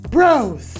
Bros